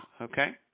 Okay